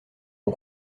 mon